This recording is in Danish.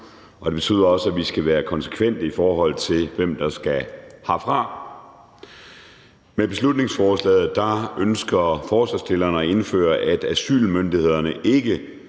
og det betyder også, at vi skal være konsekvente, i forhold til hvem der skal herfra. Med beslutningsforslaget ønsker forslagsstillerne at indføre, at asylmyndighederne ikke